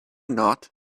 not